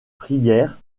prières